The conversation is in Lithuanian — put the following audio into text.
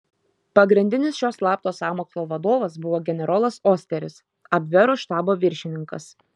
pagrindinis šio slapto sąmokslo vadovas buvo generolas osteris abvero štabo viršininkas